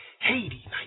Haiti